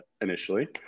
initially